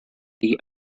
the